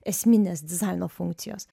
esminės dizaino funkcijos